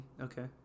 Okay